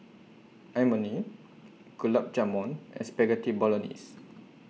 Imoni Gulab Jamun and Spaghetti Bolognese